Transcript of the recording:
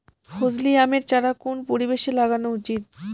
ফজলি আমের চারা কোন পরিবেশে লাগানো উচিৎ?